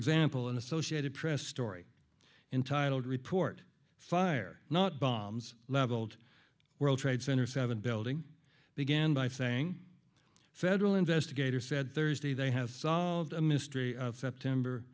example an associated press story entitled report fire not bombs leveled world trade center seven building began by saying federal investigators said thursday they have solved the mystery of september